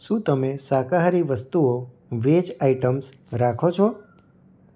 શું તમે શાકાહારી વસ્તુઓ વેજ આઇટમ્સ રાખો છો